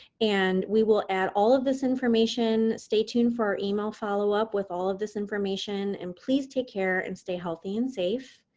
and we will add all of this information. stay tuned for our e-mail follow-up with all of this information, and please, take care, and stay healthy and safe.